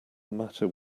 matter